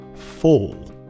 fall